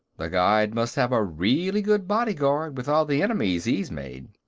the guide must have a really good bodyguard, with all the enemies he's made.